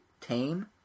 tame